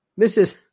Mrs